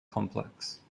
complex